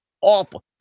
awful